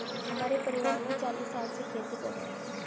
हमारे परिवार में चालीस साल से खेती कर रहे हैं